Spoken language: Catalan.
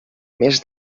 més